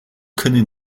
können